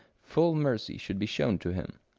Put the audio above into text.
full mercy should be shown to him.